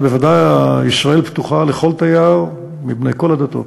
אבל בוודאי ישראל פתוחה לכל תייר, מבני כל הדתות.